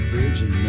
Virgin